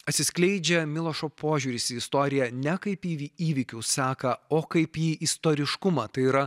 atsiskleidžia milošo požiūris į istoriją ne kaip į įvykių seką o kaip į istoriškumą tai yra